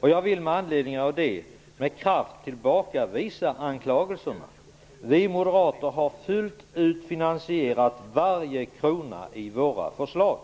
Jag vill med anledning av det med kraft tillbakavisa anklagelserna. Vi moderater har fullt ut finansierat varje krona i våra förslag.